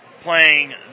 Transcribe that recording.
playing